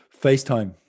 FaceTime